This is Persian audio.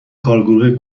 کارگروه